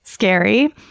scary